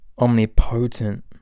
omnipotent